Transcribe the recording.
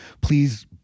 please